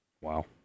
Wow